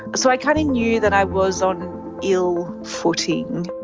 so i kind of knew that i was on ill footing.